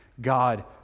God